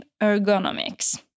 ergonomics